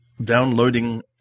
downloading